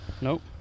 Nope